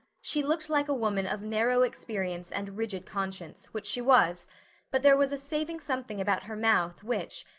she looked like a woman of narrow experience and rigid conscience, which she was but there was a saving something about her mouth which,